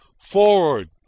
forward